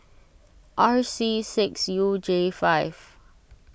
R C six U J five